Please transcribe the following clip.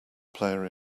player